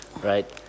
right